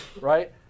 right